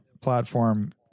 platform